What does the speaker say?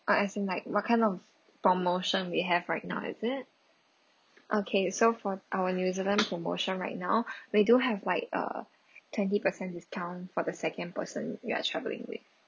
oh as in like what kind of promotion we have right now is it okay so for our new zealand promotion right now we do have like err twenty percent discount for the second person you are traveling with